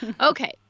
Okay